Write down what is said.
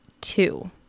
two